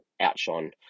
outshone